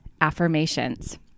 affirmations